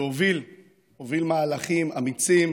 שהוביל מהלכים אמיצים,